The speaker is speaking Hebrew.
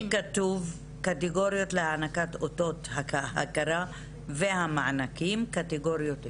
כי כתוב: קטגוריות להענקת אותות הכרה והמענקים קטגוריות אישיות.